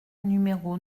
numéro